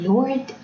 Lord